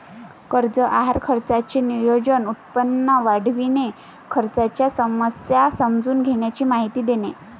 कर्ज आहार खर्चाचे नियोजन, उत्पन्न वाढविणे, खर्चाच्या समस्या समजून घेण्याची माहिती देणे